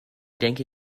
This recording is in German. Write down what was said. denke